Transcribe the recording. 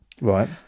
Right